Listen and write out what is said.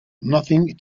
nothing